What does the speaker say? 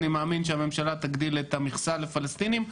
אני מאמין שהממשלה תגדיל את המכסה לפלסטינים.